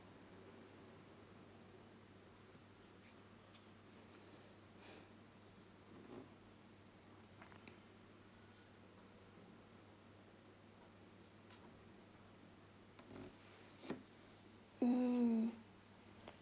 mm